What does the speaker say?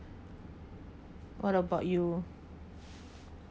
what about you